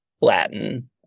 Latin